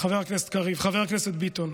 חבר הכנסת קריב, חבר הכנסת ביטון,